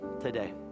today